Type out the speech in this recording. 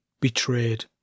betrayed